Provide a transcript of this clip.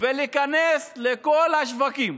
ולהיכנס לכל השווקים